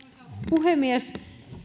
puhemies